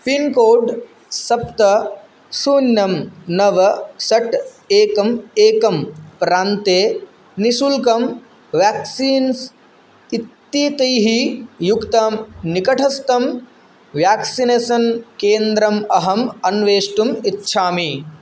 pincode सप्त शून्यं नव षट् एकम् एकं प्रान्ते निश्शुल्कं वाक्क्सीन्स् इत्येतैः युक्तं निकटस्थं व्याक्सिनेसन् केन्द्रम् अहम् अन्वेष्टुम् इच्छामि